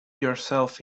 yourself